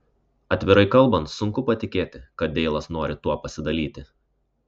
atvirai kalbant sunku patikėti kad deilas nori tuo pasidalyti